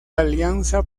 alianza